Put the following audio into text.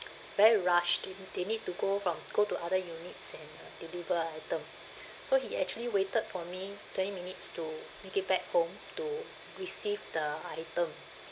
very rush they they need to go from go to other units and uh deliver item so he actually waited for me twenty minutes to make it back home to receive the item